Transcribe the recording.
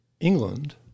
England